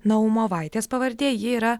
naumovaitės pavardė ji yra